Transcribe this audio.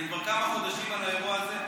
ואני כבר כמה חודשים על האירוע הזה,